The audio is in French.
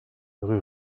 rue